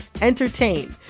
entertain